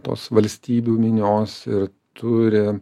tos valstybių minios ir turi